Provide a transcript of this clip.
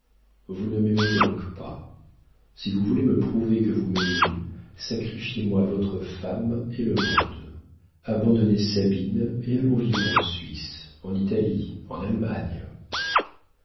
vous ne m'aimez donc pas si vous voulez me prouver que vous m'aimez sacrifiez moi votre femme et le monde abandonnez sabine et allons vivre en suisse en italie en allemagne